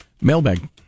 Mailbag